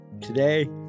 Today